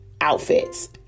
outfits